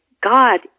God